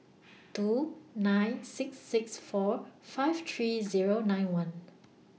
two nine six six four five three Zero nine one